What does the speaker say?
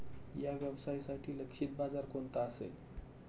या व्यवसायासाठी लक्षित बाजार कोणता असेल?